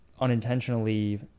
unintentionally